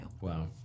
Wow